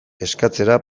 eskatzera